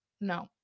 No